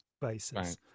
basis